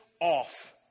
off